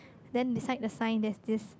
then beside the sign there's this